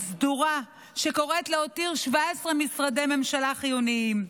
סדורה שקוראת להותיר 17 משרדי הממשלה חיוניים.